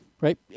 right